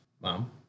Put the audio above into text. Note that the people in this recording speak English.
Mom